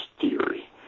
theory